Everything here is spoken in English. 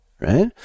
right